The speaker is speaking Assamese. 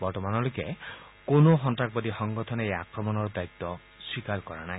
বৰ্তমানলৈকে কোনো সন্ত্ৰাসবাদী সংগঠনে এই আক্ৰমণৰ দায়িত্ব স্বীকাৰ কৰা নাই